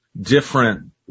different